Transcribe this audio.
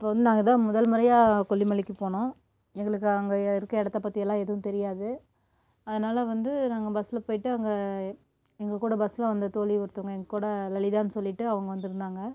அப்போ வந்து நாங்கள் தான் முதல் முறையாக கொல்லி மலைக்கு போனோம் எங்களுக்கு அங்கே இருக்கற இடத்த பதற்றியெல்லாம் எதுவும் தெரியாது அதனால் வந்து நாங்கள் பஸ்ஸுல் போயிட்டு அங்கே எங்கள் கூட பஸ்ஸுல் வந்த தோழி ஒருத்தவங்க எங்கள் கூட லலிதான்னு சொல்லிகிட்டு அவங்க வந்துருந்தாங்க